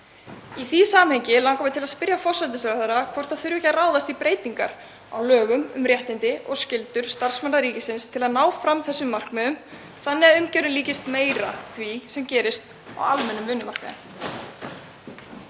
Í því samhengi langar mig að spyrja forsætisráðherra hvort ekki þurfi að ráðast í breytingar á lögum um réttindi og skyldur starfsmanna ríkisins til að ná fram þessum markmiðum þannig að umgjörðin líkist meira því sem gerist á almennum vinnumarkaði.